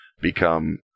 become